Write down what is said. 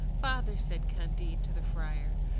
father, said candide to the friar,